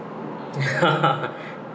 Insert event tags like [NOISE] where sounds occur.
[LAUGHS]